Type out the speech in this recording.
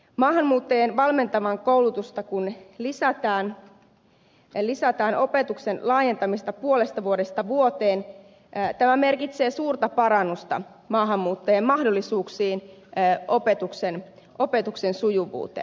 maahanmuuttajien valmentavaa koulutusta kun lisätään puolesta vuodesta vuoteen tämä merkitsee suurta parannusta maahanmuuttajien mahdollisuuksiin opetuksen sujuvuuteen